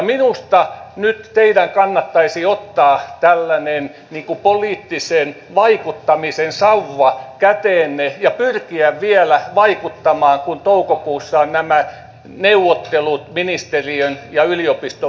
minusta teidän kannattaisi nyt ottaa tällainen poliittisen vaikuttamisen sauva käteenne ja pyrkiä vielä vaikuttamaan kun toukokuussa ovat nämä neuvottelut ministeriön ja yliopiston välillä että löydettäisiin ratkaisu tähän